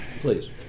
Please